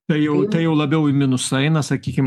tai jau tai jau labiau į minusą eina sakykim